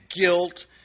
guilt